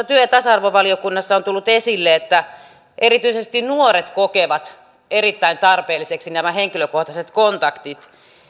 työ ja tasa arvovaliokunnassa on tullut esille että erityisesti nuoret kokevat erittäin tarpeellisiksi nämä henkilökohtaiset kontaktit